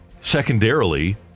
secondarily